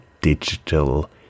digital